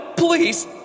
Please